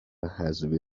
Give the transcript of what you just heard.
حذفی